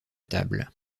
table